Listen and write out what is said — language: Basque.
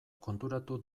konturatu